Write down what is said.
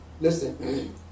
Listen